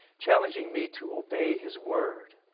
challenging me to obey his word.